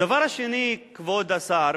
הדבר השני, כבוד השר,